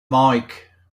mike